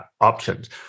options